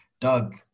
Doug